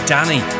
Danny